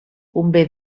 convé